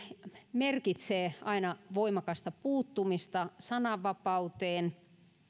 merkitsee aina voimakasta puuttumista sananvapauteen